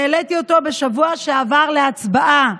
והעליתי אותו בשבוע שעבר להצבעה.